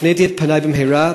הפניתי את פני במהרה.